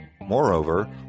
Moreover